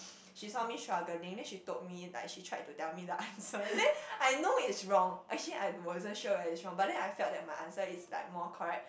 she saw me struggling then she told me like she tried to tell me the answer then I know is wrong actually I wasn't sure that is wrong but then I feel that my answer is like more correct